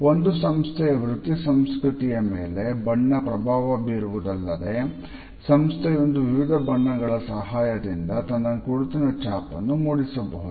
ಒಂದು ಸಂಸ್ಥೆಯ ವೃತ್ತಿ ಸಂಸ್ಕೃತಿಯ ಮೇಲೆ ಬಣ್ಣ ಪ್ರಭಾವ ಬೀರುವುದಲ್ಲದೆ ಸಂಸ್ಥೆಯೊಂದು ವಿವಿಧ ಬಣ್ಣಗಳ ಸಹಾಯದಿಂದ ತನ್ನ ಗುರುತಿನ ಛಾಪನ್ನು ಮೂಡಿಸಬಹುದು